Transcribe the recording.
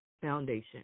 Foundation